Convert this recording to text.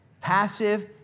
passive